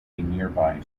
nearby